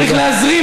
צריך להזרים,